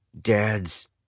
Dad's